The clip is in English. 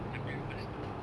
tapi selepas itu